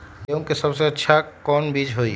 गेंहू के सबसे अच्छा कौन बीज होई?